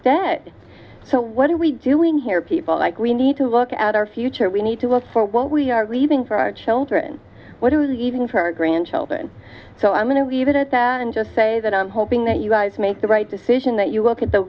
dead so what are we doing here people like we need to look out our future we need to look for what we are are grieving for our children what it was even for our grandchildren so i'm going to leave it at that and just say that i'm hoping that you guys make the right decision that you look at the